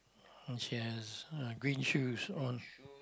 and she has uh green shoes on